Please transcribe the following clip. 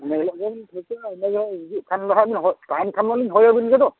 ᱤᱱᱟᱹ ᱦᱤᱞᱳᱜ ᱜᱮ ᱴᱷᱟᱹᱶᱠᱟᱹᱭᱟ ᱤᱱᱟᱹᱜᱮ ᱦᱤᱡᱩᱜ ᱠᱷᱟᱱ ᱫᱚ ᱦᱟᱸᱜ ᱛᱟᱦᱮᱱ ᱠᱷᱟᱱ ᱢᱟᱞᱤᱧ ᱦᱳᱭ ᱟᱹᱵᱤᱱ ᱜᱮᱫᱚ